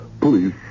Please